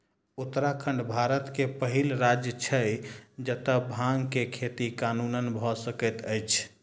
उत्तराखंड भारत के पहिल राज्य छै जतअ भांग के खेती कानूनन भअ सकैत अछि